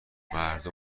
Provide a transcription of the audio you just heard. مردم